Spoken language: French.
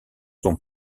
sont